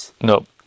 Nope